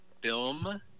film